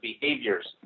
behaviors